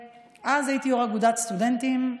הייתי אז יו"ר אגודת הסטודנטים.